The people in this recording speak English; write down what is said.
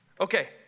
Okay